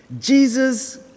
Jesus